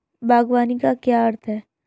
बागवानी का क्या अर्थ है?